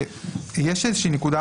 בבקשה.